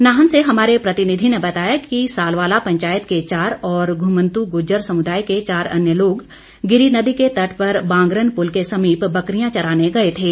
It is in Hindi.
नाहन से हमारे प्रतिनिधि ने बताया कि सालवाला पंचायत के चार और घुमतू गुज्जर समुदाय के चार अन्य लोग गिरि नदी के तट पर बांगरन पुल के समीप बकरियां चराने गए थे